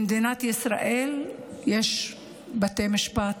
במדינת ישראל יש בתי משפט,